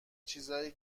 چیزایی